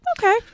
okay